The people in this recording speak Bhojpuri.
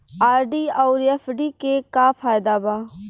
आर.डी आउर एफ.डी के का फायदा बा?